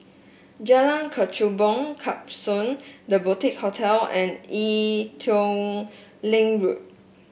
Jalan Kechubong Klapsons The Boutique Hotel and Ee Teow Leng Road